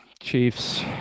Chiefs